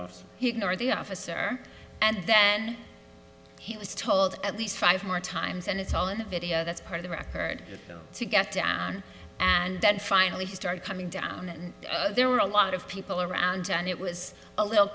ignored the officer and then he was told at least five more times and it's all in the video that's part of the record to get down and then finally he started coming down and there were a lot of people around and it was a little